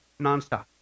nonstop